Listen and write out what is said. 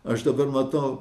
aš dabar matau